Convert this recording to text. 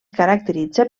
caracteritza